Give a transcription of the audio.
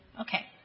Okay